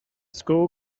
school